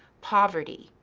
poverty,